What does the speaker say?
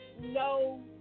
no